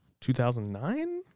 2009